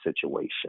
situation